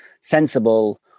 sensible